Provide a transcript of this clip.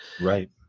Right